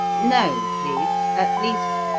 no, please at least,